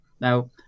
Now